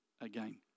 again